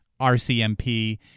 rcmp